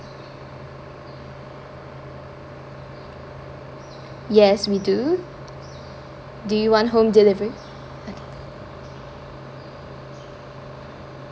yes we do do you want home delivery okay